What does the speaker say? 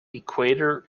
equator